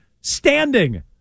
standing